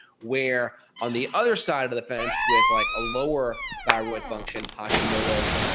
we're on the other side of the defence, with like a lower thyroid function, hashimoto's,